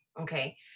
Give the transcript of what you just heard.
okay